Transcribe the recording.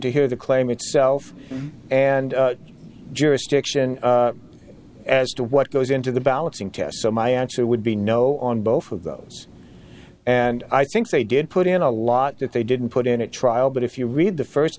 to hear the claim itself and jurisdiction as to what goes into the balancing test so my answer would be no on both of those and i think they did put in a lot that they didn't put in a trial but if you read the first